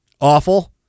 awful